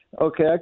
Okay